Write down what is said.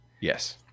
Yes